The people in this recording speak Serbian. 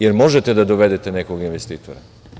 Da li možete da dovedete nekog investitora?